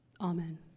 Amen